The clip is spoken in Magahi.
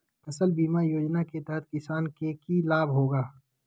फसल बीमा योजना के तहत किसान के की लाभ होगा?